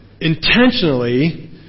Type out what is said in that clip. intentionally